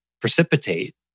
precipitate